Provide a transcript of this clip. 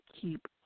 keep